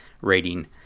rating